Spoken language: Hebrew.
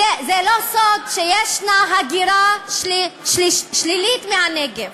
זה לא סוד שיש הגירה שלילית מהנגב.